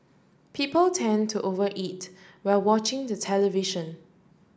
people tend to over eat while watching the television